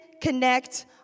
connect